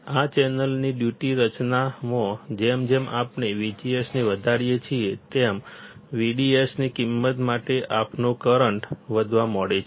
આ ચેનલની ડ્યુટી રચનામાં જેમ જેમ આપણે VGS ને વધારીએ છીએ તેમ VDS ની કિંમત માટે આપણો કરંટ વધવા માંડે છે